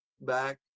back